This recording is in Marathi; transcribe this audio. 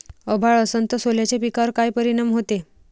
अभाळ असन तं सोल्याच्या पिकावर काय परिनाम व्हते?